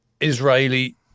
Israeli